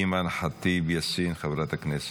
אימאן ח'טיב יאסין חברת הכנסת.